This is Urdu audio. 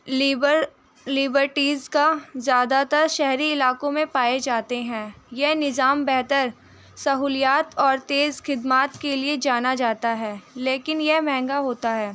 لیبر لیبرٹیز کا زیادہ تر شہری علاقوں میں پائے جاتے ہیں یہ نظام بہتر سہولیات اور تیز خدمات کے لیے جانا جاتا ہے لیکن یہ مہنگا ہوتا ہے